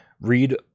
read